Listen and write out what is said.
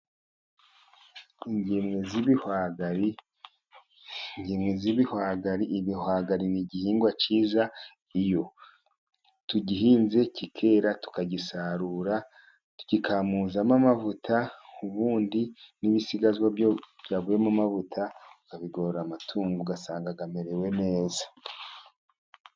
Ingemwe z'ibihwagari, ibihwagari ni igihingwa cyiza, iyo tugihinze kikera tukagisarura tugikamuzamo amavuta, ubundi n'ibisigazwa byavuyemo amavuta tukabigaburira amatungo, ugasanga amerewe neza.